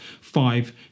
five